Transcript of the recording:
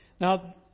Now